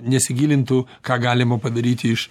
nesigilintų ką galima padaryti iš